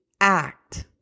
act